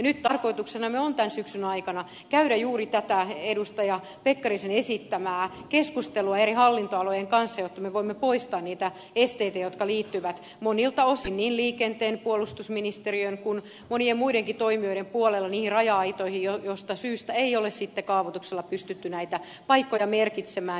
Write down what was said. nyt tarkoituksenamme on tämän syksyn aikana käydä juuri tätä edustaja pekkarisen esittämää keskustelua eri hallintoalojen kanssa jotta me voimme poistaa niitä esteitä jotka liittyvät monilta osin niin liikenteen puolustusministeriön kuin monien muidenkin toimijoiden puolella niihin raja aitoihin joiden syystä ei ole sitten kaavoituksella pystytty näitä paikkoja merkitsemään